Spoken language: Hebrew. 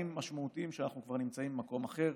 משמעותיים אנחנו כבר נמצאים במקום אחר.